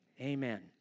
Amen